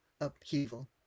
upheaval